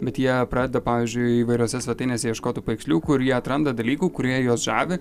bet jie pradeda pavyzdžiui įvairiose svetainėse ieškotų paveiksliukų ir jie atranda dalykų kurie juos žavi